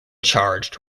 charged